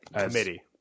Committee